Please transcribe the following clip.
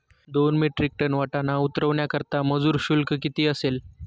दोन metric tonne वाटाणा उतरवण्याकरता मजूर शुल्क किती असेल?